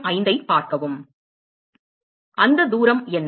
அந்த தூரம் என்ன